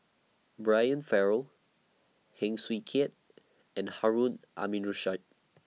Brian Farrell Heng Swee Keat and Harun Aminurrashid